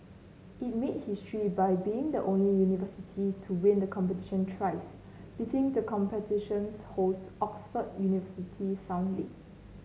it made history by being the only university to win the competition thrice beating the competition's host Oxford University soundly